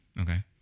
Okay